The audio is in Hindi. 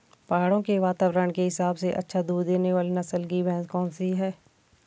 पहाड़ों के वातावरण के हिसाब से अच्छा दूध देने वाली नस्ल की भैंस कौन सी हैं?